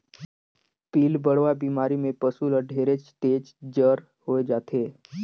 पिलबढ़वा बेमारी में पसु ल ढेरेच तेज जर होय जाथे